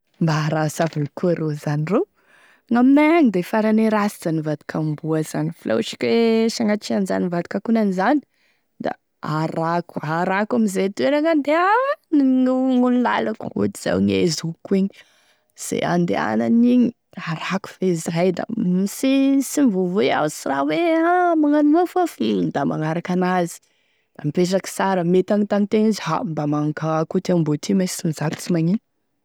Mba rasy aby eky koa rô zany rô, gn'aminay agny de farane rasyzany mivadiky amboa zany, fa la ohatry ka hoe sagnatria an'i zany mivadiky akonanizany zany da arahako arahako amiizay toeragny handehanany agny gn'olo lalako, ohatry zao gne zokiko igny, ze handehanan'igny arako feizay da sy sy mivovoha iaho sy raha hoe magnano oaf oaf hum da magnaraky an'azy da mipetraky sara, mety hanontany tegna izy a mba manan-kagnahy koa ty amboa ty mein sy mizaka, sy magnino.